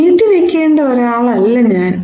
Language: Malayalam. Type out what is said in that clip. നീട്ടിവെക്കേണ്ട ഒരാളല്ല ഞാൻ